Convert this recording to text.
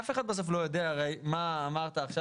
אף אחד בסוף הרי לא יודע בסוף מה אתה עכשיו,